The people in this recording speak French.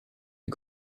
les